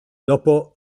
dopo